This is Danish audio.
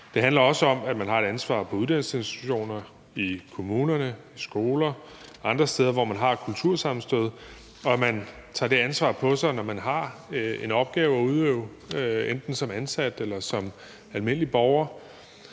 Det handler også om, at man har et ansvar på uddannelsesinstitutioner, i kommunerne, på skoler og andre steder, hvor man har kultursammenstød, og at man tager det ansvar på sig, når man har en opgave at udøve enten som ansat eller som almindelig borger.